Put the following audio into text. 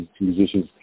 musicians